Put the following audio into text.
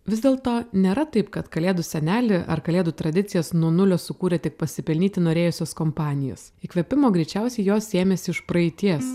vis dėlto nėra taip kad kalėdų senelį ar kalėdų tradicijas nuo nulio sukūrė tik pasipelnyti norėjusios kompanijos įkvėpimo greičiausiai jos sėmėsi iš praeities